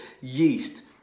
yeast